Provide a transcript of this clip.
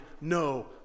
no